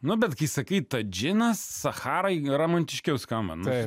nu bet kai sakyt tas džinas sacharai romantiškiau skamba taip